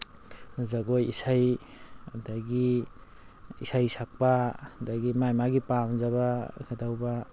ꯖꯒꯣꯏ ꯏꯁꯩ ꯑꯗꯒꯤ ꯏꯁꯩ ꯁꯛꯄ ꯑꯗꯒꯤ ꯃꯥꯏ ꯃꯥꯒꯤ ꯄꯥꯝꯖꯕ ꯀꯩꯗꯧꯕ